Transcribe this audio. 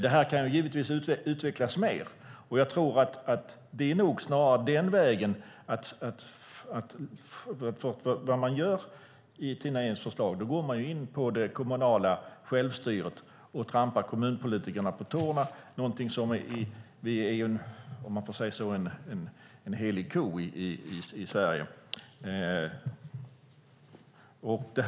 Detta kan givetvis utvecklas mer, och jag tror snarare på den vägen. I Tina Ehns förslag går man in på det kommunala självstyret, någonting som är en helig ko i Sverige, och trampar kommunpolitikerna på tårna.